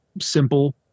simple